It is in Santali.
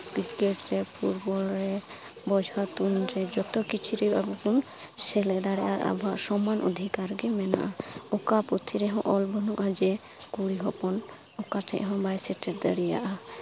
ᱠᱨᱤᱠᱮᱹᱴ ᱥᱮ ᱯᱷᱩᱴᱵᱚᱞ ᱨᱮ ᱵᱚᱡᱷᱟ ᱛᱩᱧ ᱨᱮ ᱡᱚᱛᱚ ᱠᱤᱪᱷᱩ ᱨᱮ ᱟᱵᱚ ᱵᱚᱱ ᱥᱮᱞᱮᱫ ᱫᱟᱲᱮᱭᱟᱜᱼᱟ ᱟᱨ ᱟᱵᱚᱣᱟᱜ ᱥᱚᱢᱟᱱ ᱚᱫᱷᱤᱠᱟᱨ ᱜᱮ ᱢᱮᱱᱟᱜᱼᱟ ᱚᱠᱟ ᱯᱩᱛᱷᱤ ᱨᱮᱦᱚᱸ ᱚᱞ ᱵᱟᱹᱱᱩᱜᱼᱟ ᱡᱮ ᱠᱩᱲᱤ ᱦᱚᱯᱚᱱ ᱚᱠᱟ ᱴᱷᱮᱱ ᱦᱚᱸ ᱵᱟᱭ ᱥᱮᱴᱮᱨ ᱫᱟᱲᱮᱭᱟᱜᱼᱟ